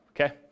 Okay